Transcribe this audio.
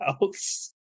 house